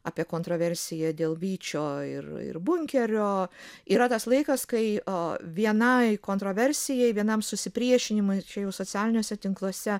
apie kontroversiją dėl vyčio ir ir bunkerio yra tas laikas kai a vienai kontroversijai vienam susipriešinimui ir čia jau socialiniuose tinkluose